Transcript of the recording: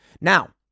Now